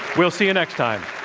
we'll see you next time.